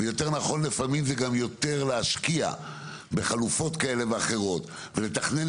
ויותר נכון לפעמים זה גם יותר להשקיע בחלופות כאלה ואחרות ולתכנן